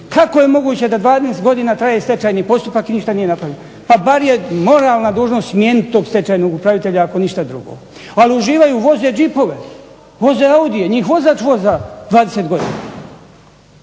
Kako je moguće da 12 godina traje stečajni postupak i ništa nije napravljeno. Pa bar je moralna dužnost smijeniti tog stečajnog upravitelja ako ništa drugo. Ali uživaju, voze džipove, voze audije, njih vozač voza 20 godina.